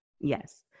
Yes